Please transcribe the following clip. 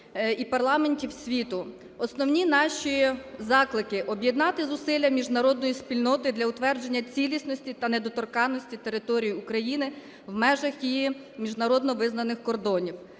і парламентів світу. Основні наші заклики: об'єднати зусилля міжнародної спільноти для утвердження цілісності та недоторканності територій України в межах її міжнародно визнаних кордонів;